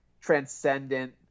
transcendent